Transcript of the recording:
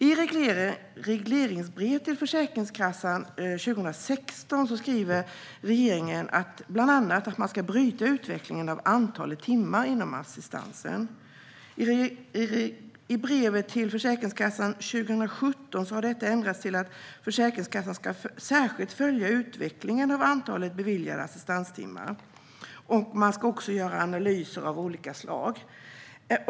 I regleringsbrevet till Försäkringskassan 2016 skriver regeringen bland annat att man ska bryta utvecklingen av antalet timmar inom assistansen. I regleringsbrevet till Försäkringskassan 2017 har detta ändrats till att Försäkringskassan särskilt ska följa utvecklingen av antalet beviljade assistanstimmar. Den ska också göra analyser av olika slag.